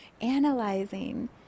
analyzing